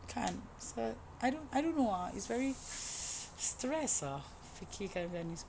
kan so I don't I don't know ah it's very stress ah fikir kan ni semua